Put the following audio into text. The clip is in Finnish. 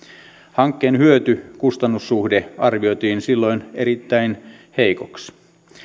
hankkeen hyöty kustannus suhde arvioitiin silloin erittäin heikoksi